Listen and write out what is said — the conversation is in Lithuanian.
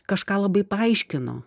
kažką labai paaiškino